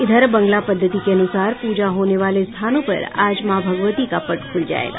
इधर बंगला पद्धति के अनुसार पूजा होने वाले स्थानों पर आज मां भगवती का पट खुल जायेगा